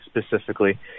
specifically